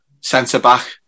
centre-back